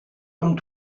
comme